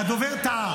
הדובר טעה.